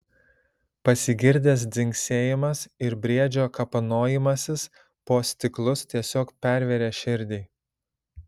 pasigirdęs dzingsėjimas ir briedžio kapanojimasis po stiklus tiesiog pervėrė širdį